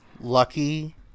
Lucky